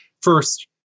first